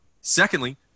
Secondly